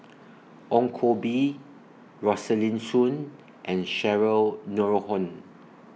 Ong Koh Bee Rosaline Soon and Cheryl Noronha